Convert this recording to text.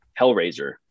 Hellraiser